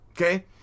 Okay